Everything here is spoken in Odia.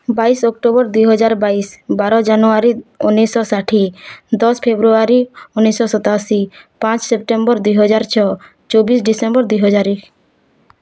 ବାଇଶ ଅକ୍ଟୋବର ଦୁଇହଜାର ବାଇଶ ବାର ଜାନୁୟାରୀ ଉନେଇଶହ ଷାଠିଏ ଦଶ ଫେବୃଆରୀ ଉନେଇଶହ ସତାଅଶୀ ପାଞ୍ଚ ସେପ୍ଟେମ୍ବର ଦୁଇହଜାର ଛଅ ଚବିଶ ଡିସେମ୍ବର ଦୁଇ ହଜାର ଏକ